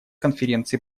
конференции